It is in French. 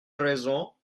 raison